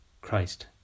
Christ